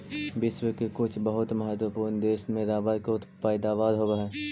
विश्व के कुछ बहुत महत्त्वपूर्ण देश में रबर के पैदावार होवऽ हइ